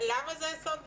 למה זה סוד גרעיני?